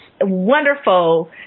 wonderful